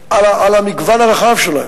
על המגוון הרחב שלהם,